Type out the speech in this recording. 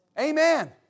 Amen